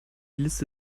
liste